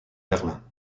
berlin